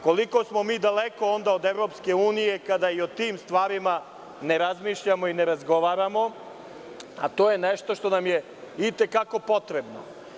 Koliko smo mi daleko onda od EU kada i o tim stvarima ne razmišljamo i ne razgovaramo, a to je nešto što nam je i te kako potrebno.